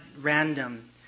random